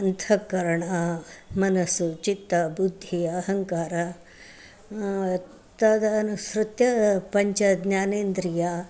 अन्तःकरणं मनस्सु चित्तबुद्धिः अहङ्कारः तदनुसृत्य पञ्चज्ञानेन्द्रियाः